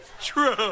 True